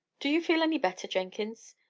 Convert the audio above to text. do you feel any better, jenkins?